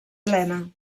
plena